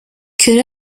could